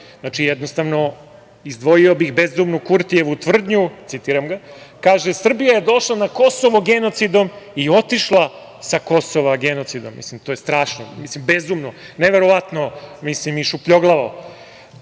Jednostavno, izdvojio bih bezumnu Kurtijevu tvrdnju, citiram ga, kaže – Srbija je došla na Kosovo genocidom i otišla sa Kosova genocidom. Mislim, to je strašno, bezumno, neverovatno i šupljoglavo. Podsetio